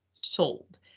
sold